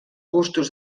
gustos